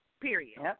Period